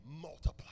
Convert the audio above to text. multiply